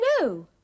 No